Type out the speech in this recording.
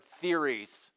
theories